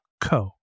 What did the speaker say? co